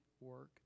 work